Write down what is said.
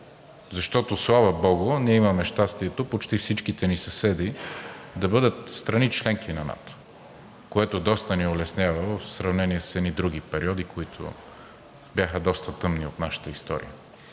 Защото, слава богу, ние имаме щастието почти всичките ни съседи да бъдат страни – членки на НАТО, което доста ни улеснява в сравнение с едни други периоди от нашата история,